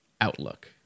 outlook